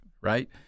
right